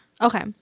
Okay